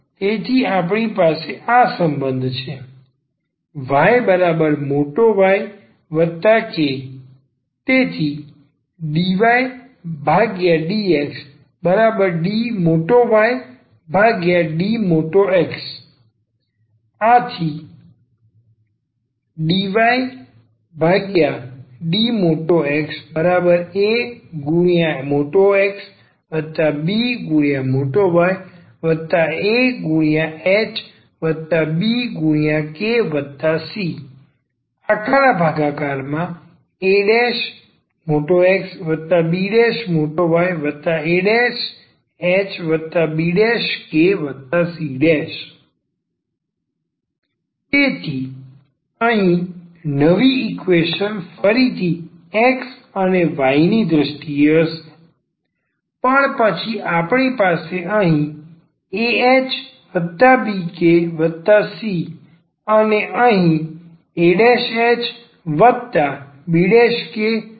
તેથી આપણે આ સંબંધ છે yYk ⟹dydxdYdX ⟹dYdXaXbYahbkcaXbYahbkc તેથી અહીં નવી ઈકવેશન ફરીથી x અને y ની દ્રષ્ટિએ હશે પણ પછી આપણી પાસે અહીં ahbkc અને અહીં ahbkc પણ છે